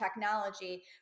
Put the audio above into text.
technology